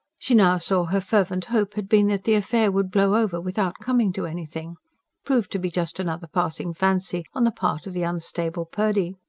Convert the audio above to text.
she now saw her fervent hope had been that the affair would blow over without coming to anything prove to be just another passing fancy on the part of the unstable purdy.